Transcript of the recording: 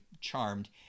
Charmed